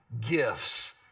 gifts